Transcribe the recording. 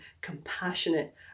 compassionate